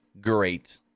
Great